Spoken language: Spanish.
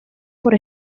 por